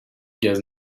gaz